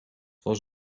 was